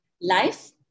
life